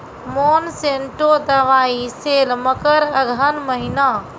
Monsanto दवाई sale मकर अघन महीना,